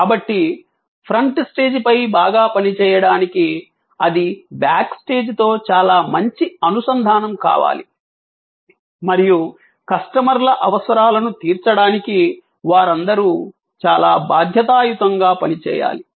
కాబట్టి front stage పై బాగా పనిచేయడానికి అది బ్యాక్ స్టేజ్ తో చాలా మంచి అనుసంధానం కావాలి మరియు కస్టమర్ల అవసరాలను తీర్చడానికి వారందరూ చాలా బాధ్యతాయుతంగా పని చేయాలి